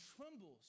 trembles